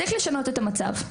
צריך לשנות את המצב.